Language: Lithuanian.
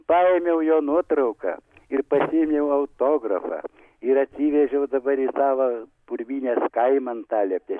paėmiau jo nuotrauką ir pasiėmiau autografą ir atsivežiau dabar į savo purvynės kaimą antalieptės seniūnijoj